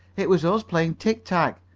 it was us, playing tic-tac,